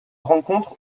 rencontre